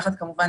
כמובן,